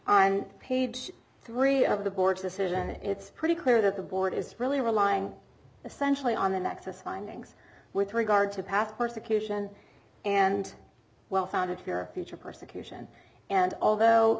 and page three of the board's decision it's pretty clear that the board is really relying essentially on the nexus findings with regard to past persecution and well founded fear future persecution and although